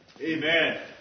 Amen